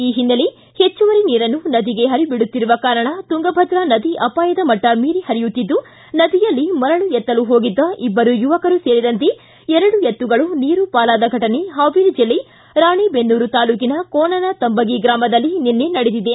ಈ ಹಿನ್ನೆಲೆ ಹೆಚ್ಚುವರಿ ನೀರನ್ನು ನದಿಗೆ ಪರಿಬಿಡುತ್ತಿರುವ ಕಾರಣ ತುಂಗಭದ್ರಾ ನದಿ ಅಪಾಯದ ಮಟ್ಟ ಮೀರಿ ಪರಿಯುತ್ತಿದ್ದು ನದಿಯಲ್ಲಿ ಮರಳು ಎತ್ತಲು ಹೋಗಿದ್ದ ಇಬ್ಬರು ಯುವಕರು ಸೇರಿದಂತೆ ಎರಡು ಎತ್ತುಗಳು ನೀರು ಪಾಲಾದ ಘಟನೆ ಪಾವೇರಿ ಜಿಲ್ಲೆ ರಾಣೆಬೆನ್ನೂರ ತಾಲ್ಲೂಕಿನ ಕೋಣನ ತಂಬಗಿ ಗ್ರಾಮದಲ್ಲಿ ನಿನ್ನೆ ನಡೆದಿದೆ